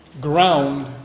ground